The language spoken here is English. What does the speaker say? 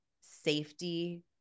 safety